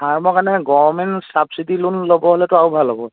আৰম্ভৰ কাৰণে কাৰণে government subsidy loan ল'ব হ'লেতো আৰু ভাল হ'ব